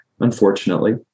unfortunately